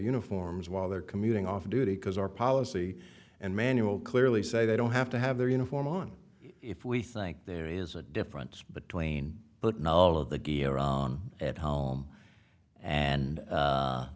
uniforms while they're commuting off duty because our policy and manual clearly say they don't have to have their uniform on if we think there is a difference between but not all of the gear on at home and